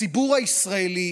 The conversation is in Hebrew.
הציבור הישראלי